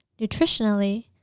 Nutritionally